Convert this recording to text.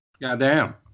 Goddamn